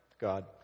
God